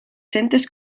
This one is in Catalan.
centes